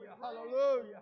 Hallelujah